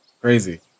Crazy